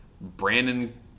Brandon